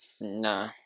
No